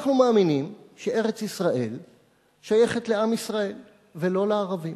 אנחנו מאמינים שארץ-ישראל שייכת לעם ישראל ולא לערבים.